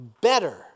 better